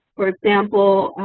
for example,